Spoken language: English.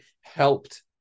helped